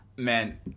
Man